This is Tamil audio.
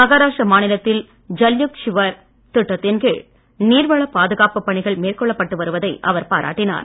மகாராஷ்டிரா மாநிலத்தில் ஜல்யுக்த் ஷிவர் திட்டத்தின் கீழ் நீர்வளப் பாதுகாப்பு பணிகள் மேற்கொள்ளப்பட்டு வருவதை அவர் பாராட்டினார்